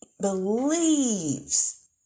believes